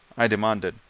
i demanded.